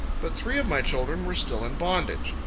but three of my children were still in bondage.